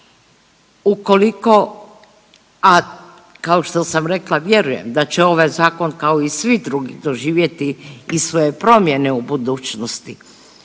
Ukoliko, a kao što sam rekla vjerujem da će ovaj zakon kao i svi drugi doživjeti i svoje promjene u budućnosti,